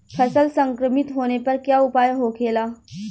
फसल संक्रमित होने पर क्या उपाय होखेला?